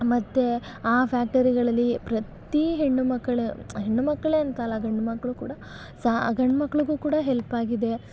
ಮತ್ತು ಆ ಫ್ಯಾಕ್ಟರಿಗಳಲ್ಲಿ ಪ್ರತೀ ಹೆಣ್ಣುಮಕ್ಕಳ ಹೆಣ್ಣು ಮಕ್ಕಳೇ ಅಂತ ಅಲ್ಲ ಗಂಡು ಮಕ್ಕಳು ಕೂಡ ಸಹ ಗಂಡು ಮಕ್ಳಿಗು ಕೂಡ ಹೆಲ್ಪಾಗಿದೆ